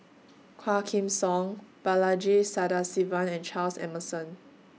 Quah Kim Song Balaji Sadasivan and Charles Emmerson